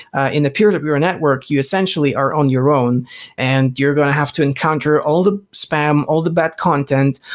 ah in a peer-to-peer network, you essentially are on your own and you're going to have to encounter all the spam, all the bad content,